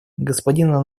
господина